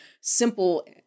simple